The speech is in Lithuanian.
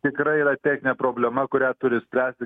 tikrai yra techninė problema kurią turi spręsti